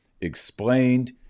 Explained